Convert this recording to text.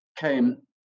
came